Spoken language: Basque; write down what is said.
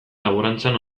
laborantzan